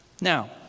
Now